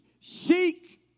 Seek